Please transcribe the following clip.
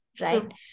right